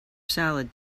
salad